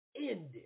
Ended